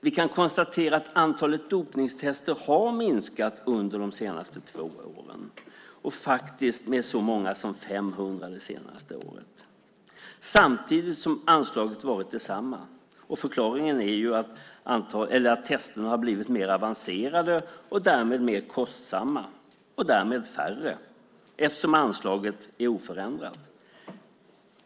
Vi kan konstatera att antalet dopningstester har minskat under de senaste två åren, faktiskt med så många som 500 det senaste året. Samtidigt har anslaget varit detsamma. Förklaringen är ju att testerna har blivit mer avancerade och därmed mer kostsamma och på så sätt färre, eftersom anslaget är oförändrat.